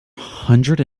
hundred